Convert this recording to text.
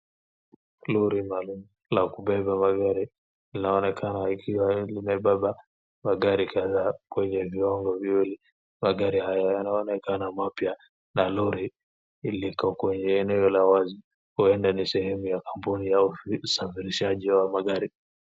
Lori la kubeba magari linaonekana likiwa limebeba magari kadhaa kwenye viwango viwili. Magari hayo yanaonekana mapya na lori liko kwenye eneo la wazi huenda ni sehemu ya kampuni au usafirishaji wa magari.